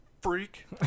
freak